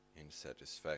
insatisfaction